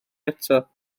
eto